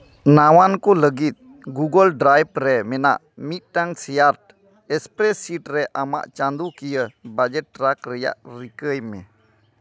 ᱱᱟᱣᱟᱱ ᱠᱚ ᱞᱟᱹᱜᱤᱫ ᱜᱩᱜᱳᱞ ᱰᱨᱟᱭᱤᱵᱷ ᱨᱮ ᱢᱮᱱᱟᱜ ᱢᱤᱫᱴᱟᱹᱱ ᱥᱮᱭᱟᱨᱰ ᱮᱥᱯᱨᱮᱥᱤᱴ ᱨᱮ ᱟᱢᱟᱜ ᱪᱟᱸᱫᱚ ᱠᱤᱭᱟᱹ ᱵᱟᱡᱮᱴ ᱴᱨᱟᱠ ᱨᱮᱭᱟᱜ ᱨᱤᱠᱟᱹᱭ ᱢᱮ